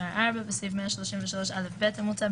בסעיף 133א(ב) המוצע,